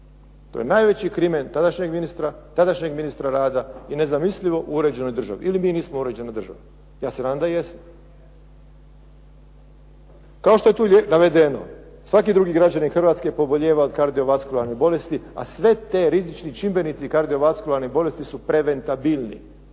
To je najveći krimen tadašnjeg ministra, tadašnjeg ministra rada i nezamislivo uređenoj državi ili mi nismo uređena država. Ja se nadam da jesmo. Kao što je tu navedeno, svaki drugi građanin Hrvatske pobolijeva od kardiovaskularnih bolesti, a svi ti rizični čimbenici kardiovaskularnih bolesti su preventabilni.